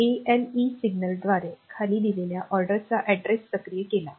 ALE सिग्नलने खाली दिलेल्या ऑर्डरचा अड्रेस सक्रिय केला